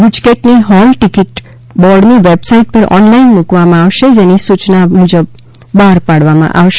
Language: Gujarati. ગુજકેટની હોલ ટિકિટ બોર્ડની વેબસાઈટ પર ઓનલાઈન મૂકવામાં આવશે જેની સૂચના બહાર પાડવામાં આવશે